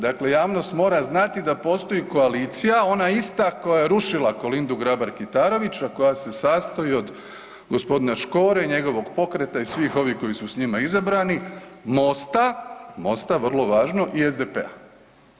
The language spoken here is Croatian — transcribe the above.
Dakle javnost mora znati da postoji koalicija ona ista koja je rušila Kolindu Grabar Kitarović, a koja se sastoji od g. Škore, njegovog pokreta i svih ovih koji su s njima izabrani, MOST-a, MOST-a, vrlo važno i SDP-a.